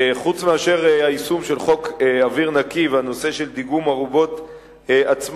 חוץ מהיישום של חוק אוויר נקי והנושא של דיגום ארובות עצמאי,